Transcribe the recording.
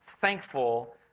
thankful